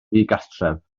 ddigartref